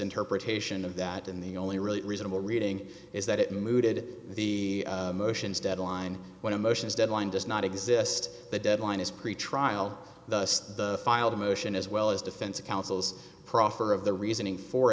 interpretation of that in the only really reasonable reading is that it mooted the motions deadline when emotions deadline does not exist the deadline is pretrial thus the filed a motion as well as defense counsel's proffer of the reasoning for